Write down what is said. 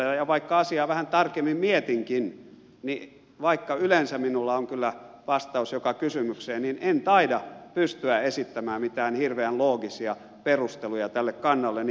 ja vaikka asiaa vähän tarkemmin mietinkin ja vaikka yleensä minulla on kyllä vastaus joka kysymykseen niin en taida pystyä esittämään mitään hirveän loogisia perusteluja tälle kannalleni